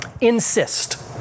insist